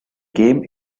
game